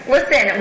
Listen